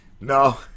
No